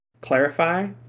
clarify